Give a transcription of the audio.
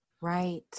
Right